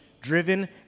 driven